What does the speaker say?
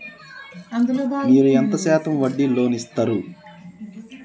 మీరు ఎంత శాతం వడ్డీ లోన్ ఇత్తరు?